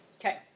Okay